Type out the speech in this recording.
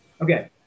okay